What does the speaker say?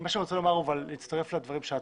אני רוצה להצטרף לדברייך.